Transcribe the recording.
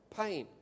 pain